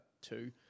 two